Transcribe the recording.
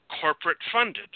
corporate-funded